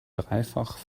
dreifach